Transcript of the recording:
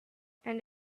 and